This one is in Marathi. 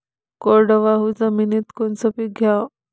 कोरडवाहू जमिनीत कोनचं पीक घ्याव?